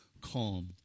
calm